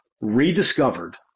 rediscovered